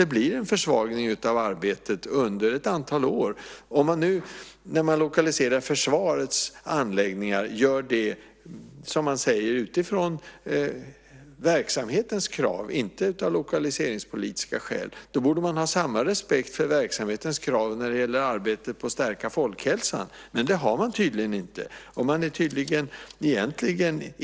Det blir en försvagning av arbetet under ett antal år. När man nu lokaliserar försvarets anläggningar utifrån verksamhetens krav, inte av lokaliseringspolitiska skäl, borde man ha samma respekt för verksamhetens krav när det gäller arbetet på att stärka folkhälsan. Men det har man tydligen inte.